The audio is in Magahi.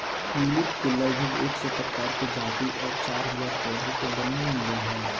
ट्यूलिप के लगभग एक सौ प्रकार के जाति आर चार हजार पौधा के वर्णन मिलो हय